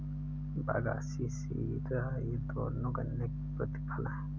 बगासी शीरा ये दोनों गन्ने के प्रतिफल हैं